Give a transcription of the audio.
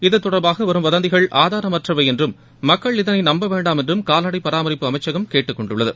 இதுதொடர்பாக வரும் வதந்திகள் ஆதாரமற்றவை என்றும் மக்கள் இதனை நம்பவேண்டாம் என்றும் கால்நடை பராமரிப்பு அமைச்சகம் கேட்டுக்கொண்டுள்ளது